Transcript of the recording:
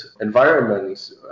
environments